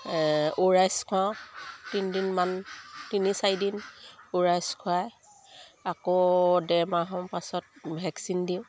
খুৱাওঁ তিনদিনমান তিনি চাৰিদিন খুৱাই আকৌ দেৰ মাহৰ পাছত ভেকচিন দিওঁ